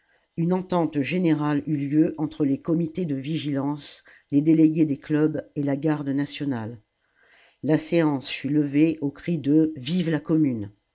une entente générale eut lieu entre les comités de vigilance les délégués des clubs et la garde nationale la séance fut levée aux cris de vive la commune